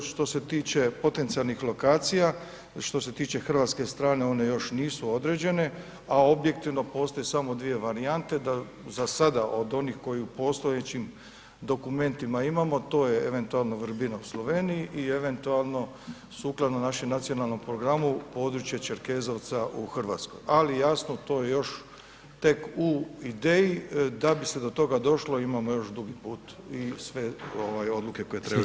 Što se tiče potencijalnih lokacija, što se tiče hrvatske strane, one još nisu određene a objektivno postoji samo dvije varijante, da zasada od onih koje u postojećim dokumentima imamo, to je eventualno Vrbina u Sloveniji i eventualno sukladno našem nacionalnom programu, područje Čerkezovca u Hrvatskoj, ali jasno, to je još tek u ideji, da bi se do toga došlo, imamo još dugi put i sve odluke koje trebaju.